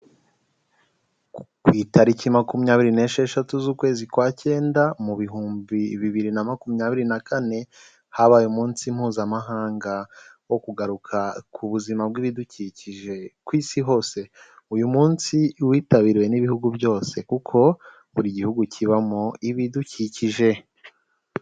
Ku itariki makumyabiri nesheshatu z'ukwezi kwa cyenda mu bihumbi bibiri na makumyabiri na kane, habaye umunsi mpuzamahanga wo kugaruka ku buzima bw'ibidukikije ku isi hose, uyu munsi witabiriwe n'ibihugu byose kuko buri gihugu kibamo ibidukikije.